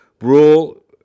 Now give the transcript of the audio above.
Rule